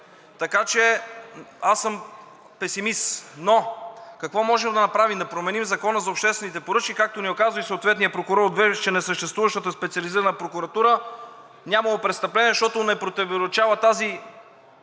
така че аз съм песимист. Но какво можем да направим? Да променим Закона за обществените поръчки, както ни указва и съответният прокурор от вече несъществуващата Специализирана прокуратура – нямало престъпление, защото не противоречала тази